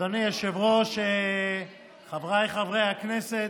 אדוני היושב-ראש, חבריי חברי הכנסת,